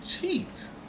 cheat